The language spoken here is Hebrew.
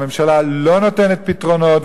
הממשלה לא נותנת פתרונות,